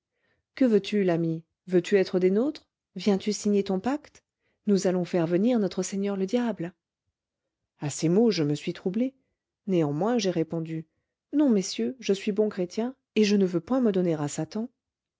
que veux-tu l'ami veux-tu être des nôtres viens-tu signer ton pacte nous allons faire venir notre seigneur le diable a ces mots je me suis troublé néanmoins j'ai répondu non messieurs je suis bon chrétien et je ne veux point me donner à satan